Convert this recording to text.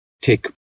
take